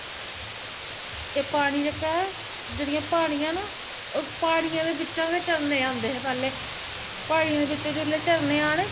एह् पानी जेह्का ऐ जेह्ड़ियां प्हाड़ियां न ओह् प्हाड़ियें दे बिचा गै झरने आंदे हे पैह्लें प्हाड़ियें बिचें जेल्लै झरने आने